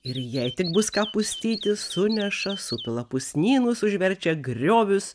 ir jei tik bus ką pustyti suneša supila pusnynus užverčia griovius